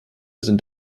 sind